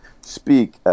speak